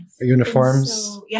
uniforms